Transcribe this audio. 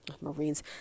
marines